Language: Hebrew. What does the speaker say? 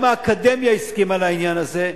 גם האקדמיה הסכימה לעניין הזה.